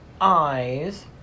eyes